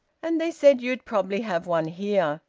and they said you'd probably have one here.